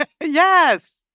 yes